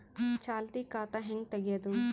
ಚಾಲತಿ ಖಾತಾ ಹೆಂಗ್ ತಗೆಯದು?